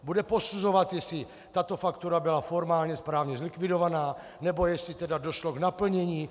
Bude posuzovat, jestli tato faktura byla formálně správně zlikvidovaná, nebo jestli tedy došlo k naplnění?